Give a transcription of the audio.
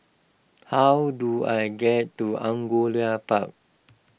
how do I get to Angullia Park